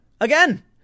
again